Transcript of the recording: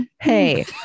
Hey